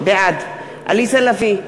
בעד עליזה לביא,